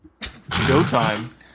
Showtime